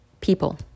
people